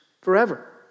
forever